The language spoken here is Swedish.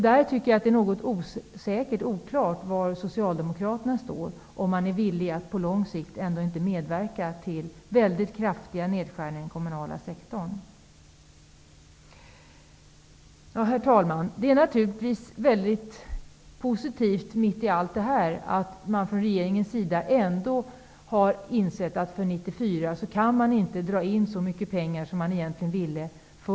Det är något oklart var Socialdemokraterna står i denna fråga, dvs. om de är eller inte är villiga att långsiktigt medverka till kraftiga nedskärningar i den kommunala sektorn. Herr talman! Det är naturligtvis mitt i allt detta positivt att regeringen ändå har insett att det inte går att dra in så mycket pengar för kommunerna för 1994 som de egentligen vill.